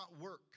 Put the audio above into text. work